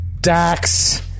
Dax